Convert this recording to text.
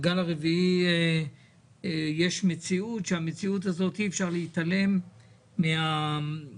בגל הרביעי יש מציאות שאי אפשר להתעלם מהקורונה